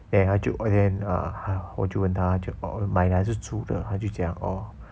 then 她就 then uh 我就问他就 orh 买的还是租的他就讲 orh